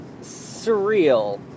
surreal